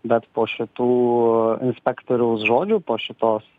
bet po šitų inspektoriaus žodžių po šitos